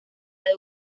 del